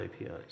APIs